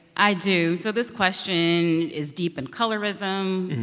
i do. so this question is deep in colorism,